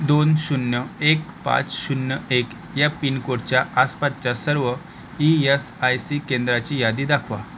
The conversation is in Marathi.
दोन शून्य एक पाच शून्य एक या पिनकोडच्या आसपासच्या सर्व ई यस आय सी केंद्राची यादी दाखवा